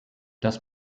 das